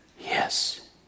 yes